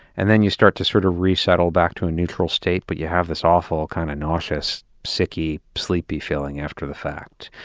and then you start to sort of resettle back to a neutral state, but you have this awful kind of nauseous, sicky, sleepy feeling after the fact,